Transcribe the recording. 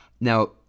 Now